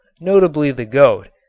notably the goat,